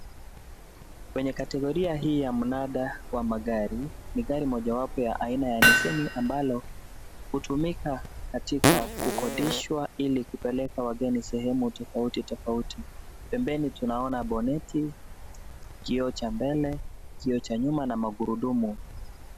Kwenye kategoria hii ya mnada wa magari, ni gari mojawapo ya aina ya Nisseni ambalo hutumika katika kukodishwa ili kupeleka wageni sehemu tofauti tofauti. Pembeni tunaona boneti, kioo cha mbele, kioo cha nyuma na magurudumu.